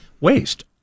Waste